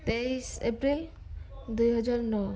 ତେଇଶ ଏପ୍ରିଲ ଦୁଇ ହଜାର ନଅ